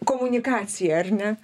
komunikacija ar ne